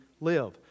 live